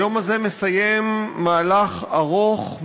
היום הזה מסיים מהלך ארוך,